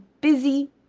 busy